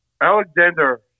Alexander